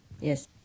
Yes